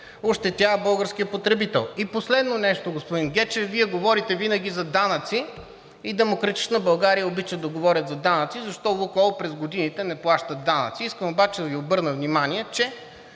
ощетява българският потребител? И последно нещо, господин Гечев, Вие говорите винаги за данъци, и „Демократична България“ обичат да говорят за данъци – защо „Лукойл“ през годините не плаща данъци? Искам обаче да Ви обърна внимание, че